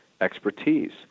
expertise